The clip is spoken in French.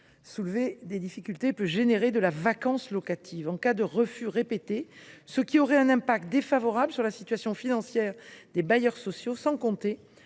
poser des difficultés. Il peut engendrer de la vacance locative en cas de refus répétés, ce qui aurait un effet défavorable sur la situation financière des bailleurs sociaux. En outre,